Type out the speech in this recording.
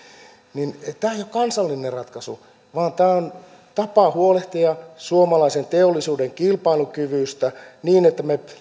niin tämä ei ole kansallinen ratkaisu vaan tämä on tapa huolehtia suomalaisen teollisuuden kilpailukyvystä niin että me